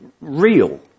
real